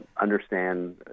understand